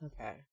okay